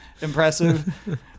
impressive